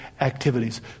activities